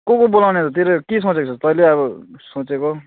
को को बोलाउने त त्यसले के सोचेको छस् तैँले अब सोचेको